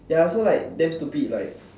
ya so like damn stupid like